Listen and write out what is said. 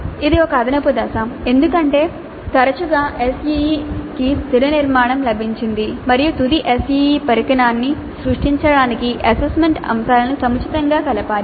ఇది ఒక అదనపు దశ ఎందుకంటే తరచుగా SEE కి స్థిర నిర్మాణం లభించింది మరియు తుది SEE పరికరాన్ని సృష్టించడానికి అసెస్మెంట్ అంశాలను సముచితంగా కలపాలి